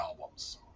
albums